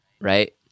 right